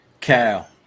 Cal